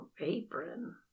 apron